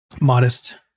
modest